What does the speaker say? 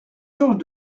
georges